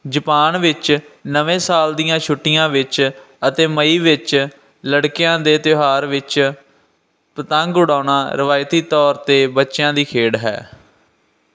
Japan ਵਿੱਚ ਨਵੇਂ ਸਾਲ ਦੀਆਂ ਛੁੱਟੀਆਂ ਵਿੱਚ ਅਤੇ ਮਈ ਵਿੱਚ ਲੜਕਿਆਂ ਦੇ ਤਿਉਹਾਰ ਵਿੱਚ ਪਤੰਗ ਉਡਾਉਣਾ ਰਵਾਇਤੀ ਤੌਰ 'ਤੇ ਬੱਚਿਆਂ ਦੀ ਖੇਡ ਹੈ